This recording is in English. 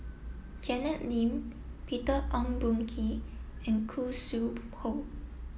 Janet Lim Peter Ong Boon Kwee and Khoo Sui Hoe